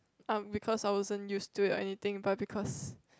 because I wasn't used to it or anything but because